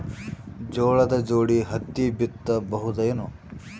ಜೋಳದ ಜೋಡಿ ಹತ್ತಿ ಬಿತ್ತ ಬಹುದೇನು?